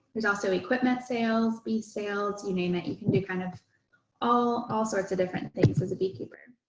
there's also equipment sales, bee sales, you name it, you can do kind of all all sorts of different things as a beekeeper